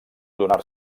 donar